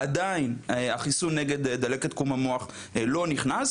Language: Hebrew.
עדיין החיסון נגד דלקת קרום המוח לא נכנס.